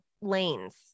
lanes